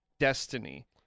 destiny